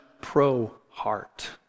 pro-heart